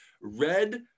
red